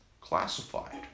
classified